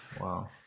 Wow